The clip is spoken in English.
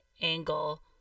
angle